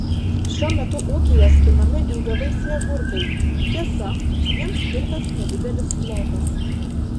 šiuo metu ūkyje skinami ilgavaisiai agurkai tiesa jiems skirtas nedidelis plotas